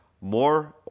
More